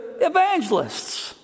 evangelists